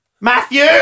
Matthew